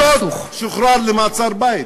ובכל זאת שוחרר למעצר בית.